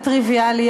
הטריוויאלי,